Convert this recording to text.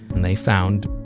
and they found,